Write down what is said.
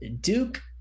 Duke